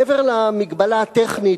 מעבר למגבלה הטכנית,